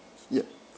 yup